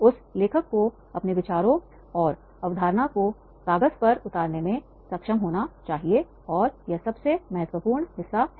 उस लेखक को अपने विचारों और अवधारणा को कागज पर उतारने में सक्षम होना चाहिए और यह सबसे महत्वपूर्ण हिस्सा है